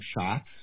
shots